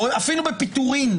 אפילו בפיטורין,